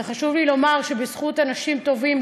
וחשוב לי לומר שבזכות אנשים טובים,